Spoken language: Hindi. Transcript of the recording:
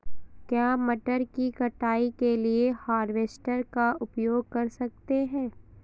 क्या मटर की कटाई के लिए हार्वेस्टर का उपयोग कर सकते हैं?